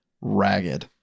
ragged